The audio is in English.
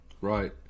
Right